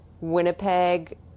Winnipeg